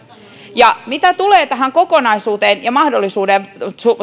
mitä tulee tähän kokonaisuuteen ja mahdollisuuteen